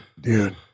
dude